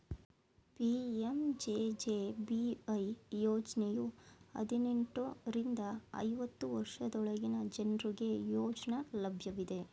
PMJJBY ಯೋಜ್ನಯು ಹದಿನೆಂಟು ರಿಂದ ಐವತ್ತು ವರ್ಷದೊಳಗಿನ ಜನ್ರುಗೆ ಯೋಜ್ನ ಲಭ್ಯವಿದೆ